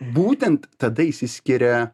būtent tada išsiskiria